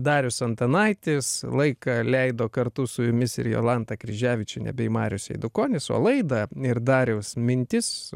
darius antanaitis laiką leido kartu su jumis ir jolanta kryževičiene bei marius eidukonis o laidą ir dariaus mintis